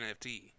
NFT